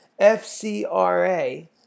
FCRA